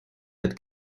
had